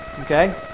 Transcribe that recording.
Okay